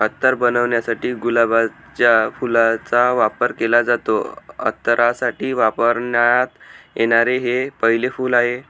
अत्तर बनवण्यासाठी गुलाबाच्या फुलाचा वापर केला जातो, अत्तरासाठी वापरण्यात येणारे हे पहिले फूल आहे